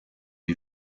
est